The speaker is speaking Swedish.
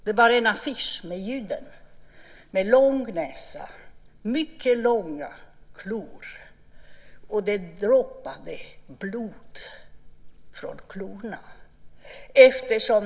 Det var en affisch med en jude med lång näsa och mycket långa klor, och det droppade blod från klorna.